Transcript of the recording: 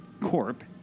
Corp